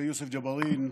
ג'בארין,